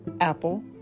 Apple